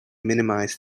minimize